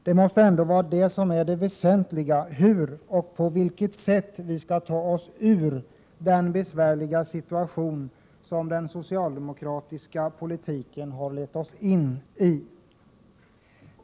Det väsentliga måste ändå vara hur och på vilket sätt vi skall ta oss ur den besvärliga situation som den socialdemokratiska politiken har lett oss in i.